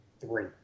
three